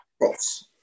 cross